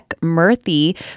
Murthy